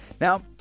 Now